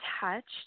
touched